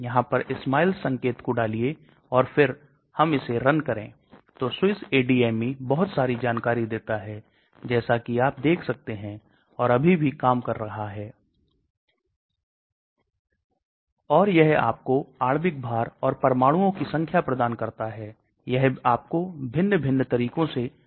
यदि मेरे पास आयनीकरण समूह है तो यही एक ध्रुवीय कंपाउंड बन जाता है और जैसे मैंने उल्लेख किया है कि lipophilicity वह कारक होना चाहिए जो GI के माध्यम से पारगम्यता का निर्धारण करता है ताकि आयनिक समूहों को हटाया जा सके